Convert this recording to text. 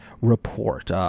Report